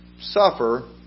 suffer